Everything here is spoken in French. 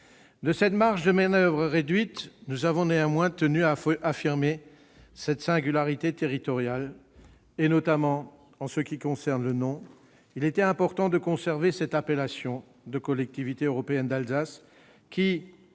de cette marge de manoeuvre réduite, nous avons néanmoins tenu à affirmer cette singularité territoriale, notamment en ce qui concerne le nom. Il était en effet important de conserver l'appellation de Collectivité européenne d'Alsace, qui,